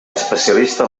especialista